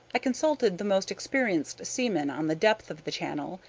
i consulted the most experienced seamen on the depth of the channel,